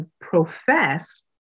profess